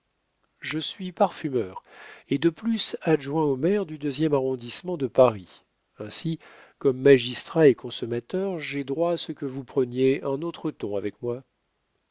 je suis parfumeur et de plus adjoint au maire du deuxième arrondissement de paris ainsi comme magistrat et consommateur j'ai droit à ce que vous preniez un autre ton avec moi